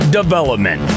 development